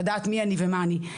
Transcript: לדעת מי אני ומה אני,